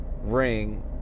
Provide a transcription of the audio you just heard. ring